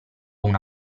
una